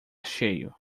cheio